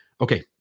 Okay